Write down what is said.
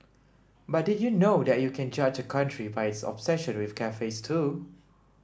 but did you know that you can judge a country by its obsession with cafes too